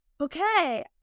Okay